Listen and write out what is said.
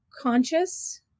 conscious